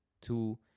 two